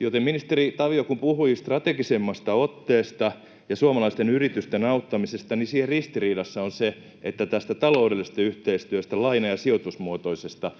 Joten ministeri Tavio kun puhui strategisemmasta otteesta ja suomalaisten yritysten auttamisesta, niin siihen ristiriidassa on se, että tästä taloudellisesta yhteistyöstä, laina- ja sijoitusmuotoisesta,